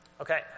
Okay